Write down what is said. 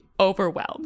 overwhelmed